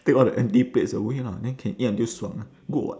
take all the empty plates away lah then can eat until 爽 ah good [what]